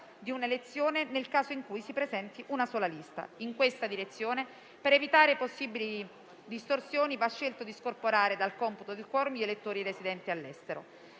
di un'elezione, nel caso in cui si presenti una sola lista. In questa direzione, per evitare possibili distorsioni, va scelto di scorporare dal computo del *quorum* gli elettori residenti all'estero.